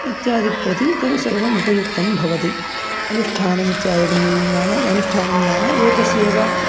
इत्यादि प्रति तत् सर्वम् उपयुक्तं भवति अनुष्ठानम् इत्यादिकं नाम अनुष्ठानं नाम एकस्येव